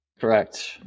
Correct